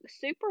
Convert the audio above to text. super